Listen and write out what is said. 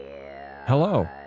Hello